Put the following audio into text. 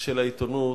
של העיתונות,